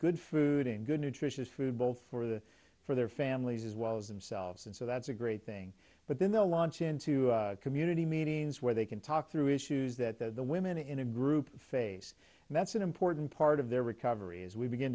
good food and good nutritious food both for the for their families as well as themselves and so that's a great thing but then they'll launch into community meetings where they can talk through issues that the women in a group face and that's an important part of their recovery as we begin